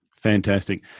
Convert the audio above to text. Fantastic